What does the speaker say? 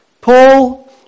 Paul